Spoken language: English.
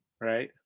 Right